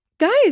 Guys